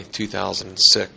2006